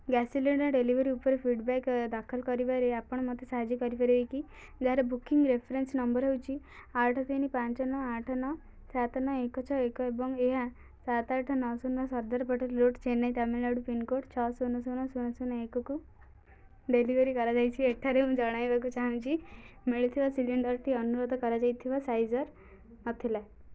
gas cylinder delivery ଉପରେ feedback ଦାଖଲ କରିବାରେ ଆପଣ ମୋତେ ସାହାଯ୍ୟ କରିପାରିବେ କି ଯାହାର ବୁକିଂ ରେଫରେନ୍ସ୍ ନମ୍ବର୍ ହେଉଛି ଆଠ ତିନି ପାଞ୍ଚ ନଅ ଆଠ ନଅ ସାତ ନଅ ଏକ ଛଅ ଏକ ଏବଂ ଏହା ସାତ ଆଠ ନଅ ଶୂନ ସର୍ଦାର୍ ପଟେଲ୍ ରୋଡ଼୍ ଚେନ୍ନାଇ ତାମିଲନାଡ଼ୁ ପିନକୋଡ଼୍ ଛଅ ଶୂନ ଶୂନ ଶୂନ ଶୂନ ଏକକୁ ଡେଲିଭେରି କରାଯାଇଛି ଏଠାରେ ମୁଁ ଜଣାଇବାକୁ ଚାହୁଁଛି ମିଳିଥିବା ସିଲିଣ୍ଡର୍ଟି ଅନୁରୋଧ କରାଯାଇଥିବା ସାଇଜ୍ର ନଥିଲା